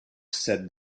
said